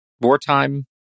wartime